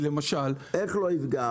איך לא יפגע?